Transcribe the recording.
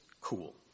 cool